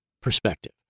perspective